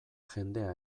jendea